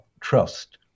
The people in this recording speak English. trust